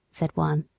said one.